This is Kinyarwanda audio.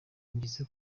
ngeze